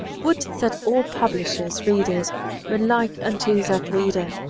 would that all publishers' readers were like unto that reader,